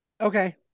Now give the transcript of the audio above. Okay